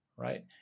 right